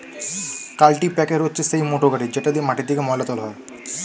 কাল্টিপ্যাকের হচ্ছে সেই মোটর গাড়ি যেটা দিয়ে মাটি থেকে ময়লা তোলা হয়